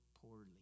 poorly